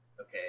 Okay